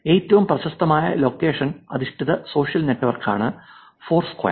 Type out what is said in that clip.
ഏറ്റവും പ്രശസ്തമായ ലൊക്കേഷൻ അധിഷ്ഠിത സോഷ്യൽ നെറ്റ്വർക്കാണ് ഫോർസ്ക്വയർ